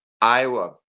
Iowa